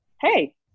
hey